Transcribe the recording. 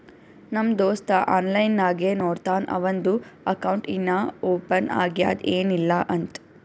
ನಮ್ ದೋಸ್ತ ಆನ್ಲೈನ್ ನಾಗೆ ನೋಡ್ತಾನ್ ಅವಂದು ಅಕೌಂಟ್ ಇನ್ನಾ ಓಪನ್ ಆಗ್ಯಾದ್ ಏನಿಲ್ಲಾ ಅಂತ್